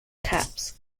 caps